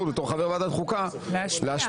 בתור חבר ועדת החוקה להשפיע -- להשפיע.